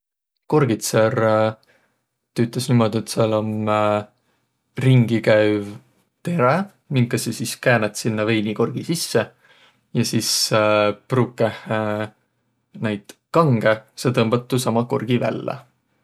Korgitser tüütäs niimuudu, et sääl om ringi käüv terä, minka saq sis käänät sinnäq veinikorgi sisse. Ja sis pruukõh naid kangõ saq tõmbat tuusama korgi vällä.